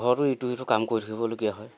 ঘৰতো ইটো সিটো কাম কৰি থাকিবলগীয়া হয়